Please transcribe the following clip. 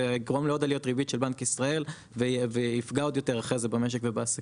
זה יגרום לעוד עליות ריבית של בנק וישראל ויפגע עוד יותר במשק ובעסקים.